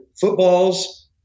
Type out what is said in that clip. footballs